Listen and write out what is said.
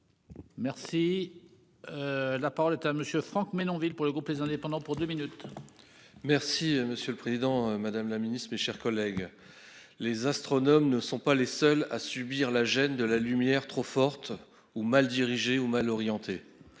Merci. La parole est à monsieur Franck Menonville pour le groupe les indépendants pour 2 minutes. Merci, monsieur le Président Madame la Ministre, mes chers collègues. Les astronomes ne sont pas les seuls à subir la gêne de la lumière trop forte ou mal dirigé ou mal orienté